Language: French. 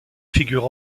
figure